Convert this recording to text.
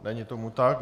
Není tomu tak.